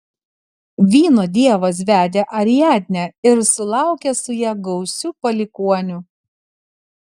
vyno dievas vedė ariadnę ir sulaukė su ja gausių palikuonių